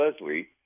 Leslie